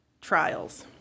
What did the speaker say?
trials